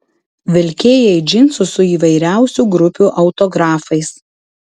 vilkėjai džinsus su įvairiausių grupių autografais